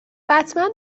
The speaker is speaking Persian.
بتمن